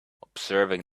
observing